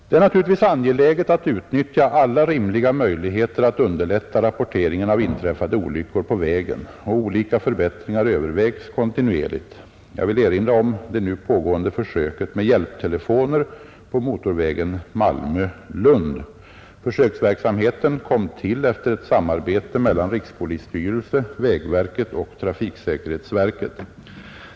Det är naturligtvis angeläget att utnyttja alla rimliga möjligheter att underlätta rapporteringen av inträffade olyckor på vägen, och olika förbättringar övervägs kontinuerligt. Jag vill erinra om det nu pågående försöket med hjälptelefoner på motorvägen Malmö—Lund. Försöksverksamheten kom till efter ett samarbete mellan rikspolisstyrelsen, vägverket och trafiksäkerhetsverket.